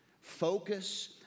focus